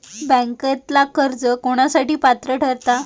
बँकेतला कर्ज कोणासाठी पात्र ठरता?